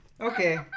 Okay